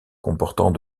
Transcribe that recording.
comportant